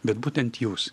bet būtent jūs